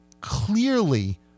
clearly